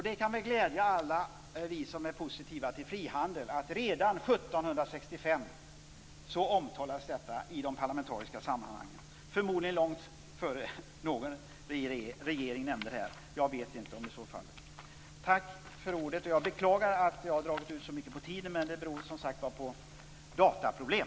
Det kan väl glädja alla oss som är positiva till frihandel att redan 1765 omtalades detta i de parlamentariska sammanhangen, förmodligen långt före någon regering hade nämnt det - jag vet inte om så var fallet. Jag beklagar att jag har dragit ut så mycket på tiden, men det beror som sagt var på dataproblem.